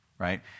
Right